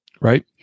right